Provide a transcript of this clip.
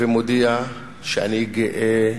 ומודיע שאני גאה,